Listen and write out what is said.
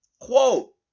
Quote